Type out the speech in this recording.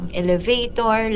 elevator